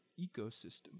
ecosystem